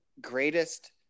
greatest